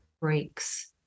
breaks